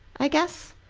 i guess.